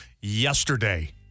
yesterday